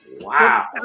Wow